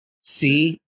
see